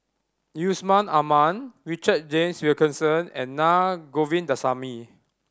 Yusman Aman Richard James Wilkinson and Naa Govindasamy